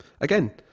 again